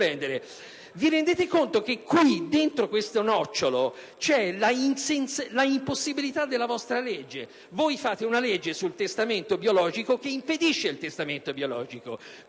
Vi rendete conto che dentro questo nocciolo c'è l'impossibilità della vostra legge? Voi fate una legge sul testamento biologico che impedisce il testamento biologico,